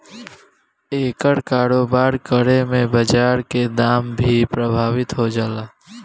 एकर कारोबार करे में बाजार के दाम भी प्रभावित हो जाला